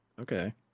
Okay